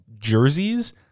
jerseys